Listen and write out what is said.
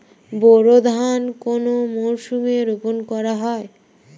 বোরো ধান কোন মরশুমে রোপণ করা হয়?